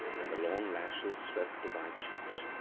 and the long lashes swept the white cheeks.